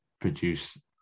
produce